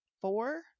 four